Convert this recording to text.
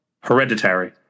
Hereditary